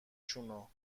شونو